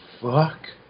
fuck